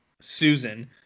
susan